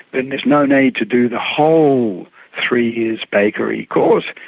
then there's no need to do the whole three years bakery course,